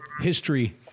history